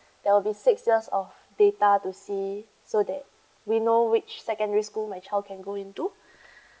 there will be six years of data to see so that we know which secondary school my child can go into